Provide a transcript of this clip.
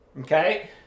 Okay